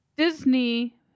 Disney